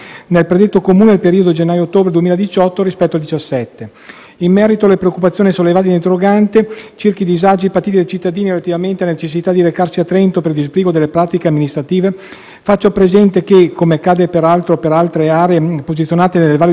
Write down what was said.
In merito alle preoccupazioni sollevate dall'interrogante circa i disagi patiti dai cittadini relativamente alla necessità di recarsi a Trento per il disbrigo delle pratiche amministrative, faccio presente che - come accade peraltro per altre aree posizionate nelle valli del Trentino, presso il Centro addestramento alpino della Polizia di Stato di Moena